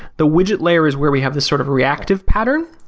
the widget layer is where we have this sort of reactive pattern,